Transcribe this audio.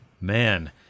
man